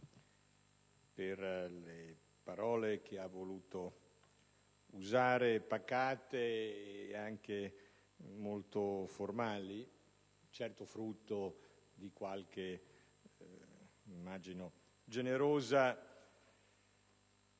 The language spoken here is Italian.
per le parole che ha voluto usare, pacate e anche molto formali, certo frutto di qualche generosa